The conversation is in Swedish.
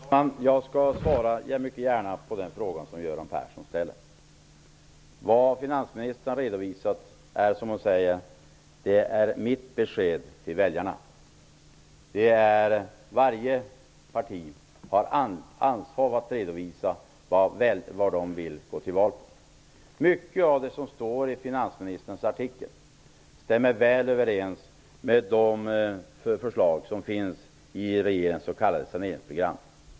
Fru talman! Jag svarar mycket gärna på Göran Perssons fråga. Vad finansministern har redovisat är, som hon säger, hennes besked till väljarna. Varje parti har ett ansvar när det gäller att redovisa vad partiet vill gå till val på. Mycket av det som står i finansministerns artikel stämmer väl överens med de förslag som finns i regeringens s.k. saneringsprogram.